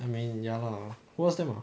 I mean ya lah who are them ah